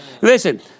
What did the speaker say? Listen